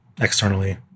externally